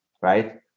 right